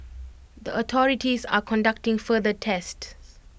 the authorities are conducting further tests